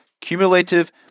cumulative